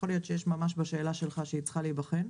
יכול להיות שיש ממש בשאלה שלך, שהיא צריכה להיבחן,